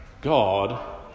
God